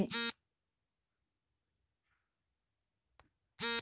ಮನೆಯ ವಿದ್ಯುತ್ ಮತ್ತು ಗ್ಯಾಸ್ ಶುಲ್ಕವನ್ನು ನನ್ನ ಫೋನ್ ಮುಖಾಂತರ ರಿಚಾರ್ಜ್ ಮಾಡಬಹುದೇ?